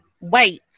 wait